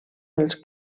els